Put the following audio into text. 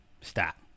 Stop